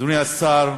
אדוני השר,